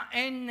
מה, אין